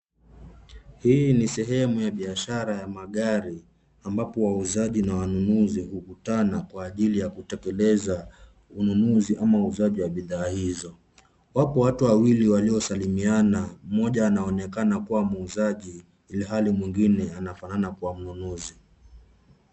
Hii ni sehemu ya biashara ya magari ambapo wauzaji na wanunuzi hukutana kwa ajili ya kutekeleza ununuzi ama uuzaji wa bidhaa hizo. Wapo watu wawili waliosalimiana mmoja anaonekana kuwa muuzaji ilihali mwigine anafanana kuwa mnunuzi.